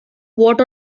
what